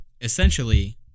essentially